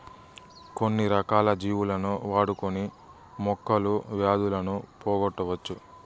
కొన్ని రకాల జీవులను వాడుకొని మొక్కలు వ్యాధులను పోగొట్టవచ్చు